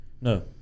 No